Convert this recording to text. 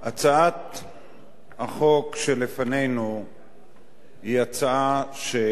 החוק שלפנינו היא הצעה שנוגעת